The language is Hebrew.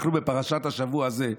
בפרשת השבוע הזה,